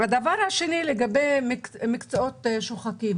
הדבר השני הוא לגבי מקצועות שוחקים.